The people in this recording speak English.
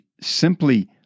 simply